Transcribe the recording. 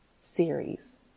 series